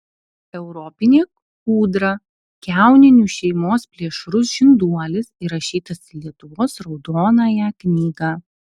europinė ūdra kiauninių šeimos plėšrus žinduolis įrašytas į lietuvos raudonąją knygą